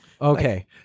Okay